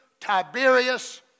Tiberius